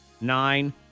nine